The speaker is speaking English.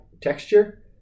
texture